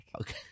okay